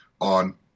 on